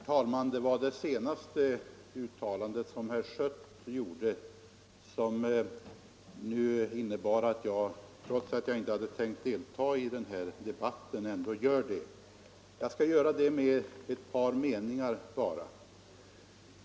Herr talman! Det är med anledning av herr Schötts senaste uttalande som jag vill helt kort delta i denna debatt trots att jag inte hade tänkt göra det.